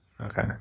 Okay